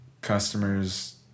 customers